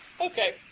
Okay